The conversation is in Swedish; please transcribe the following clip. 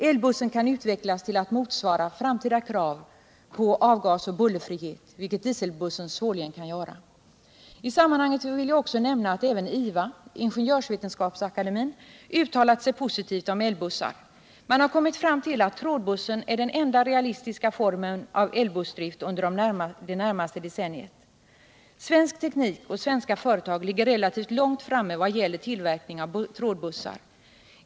Elbussen kan utvecklas till att motsvara framtida krav på avgasoch bullerfrihet, vilket dieselbussen svårligen kan göra. I sammanhanget vill jag nämna att även IVA, ingenjörsvetenskapsakademien, uttalat sig positivt om elbussar. Man har kommit fram till att trådbussen är den enda realistiska formen av elbussdrift under det närmaste decenniet. Svensk teknik och svenska företag ligger relativt långt framme vad gäller tillverkning av trådbussar.